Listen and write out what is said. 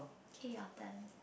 okay your turn